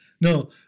No